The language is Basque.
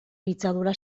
pitzadura